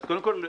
קודם כל,